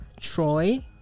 Troy